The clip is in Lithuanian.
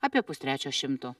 apie pustrečio šimto